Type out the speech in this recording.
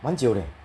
蛮久 leh